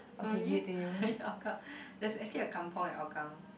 oh we live hougang there's actually a kampung at hougang